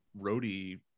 roadie